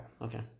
Okay